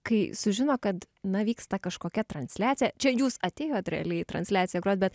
kai sužino kad na vyksta kažkokia transliacija čia jūs atėjot realiai į transliaciją grot bet